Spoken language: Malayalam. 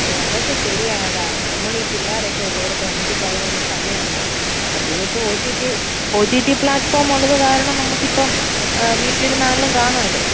ഓ അതൊക്കെ ശരിയാണ് എടാ നമ്മൾ ഈ പിള്ളേർ ഒക്കെ ഉള്ളിടത്ത് നമുക്കിപ്പം അതിന് വല്ല സമയം ഉണ്ടോ ആ പിന്നെ ഇപ്പോൾ O T T O T T platform ഉള്ളത് കാരണം നമുക്കിപ്പം വീട്ടിൽ ഇരുന്നാലും കാണാമല്ലോ